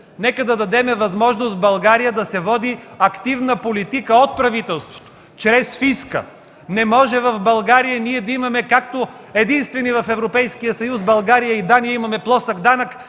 нека да дадем възможност в България да се води активна политика от правителството чрез фиска.” Не може единствени в Европейския съюз България и Дания да имаме плосък данък